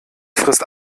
frist